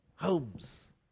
homes